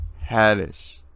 Haddish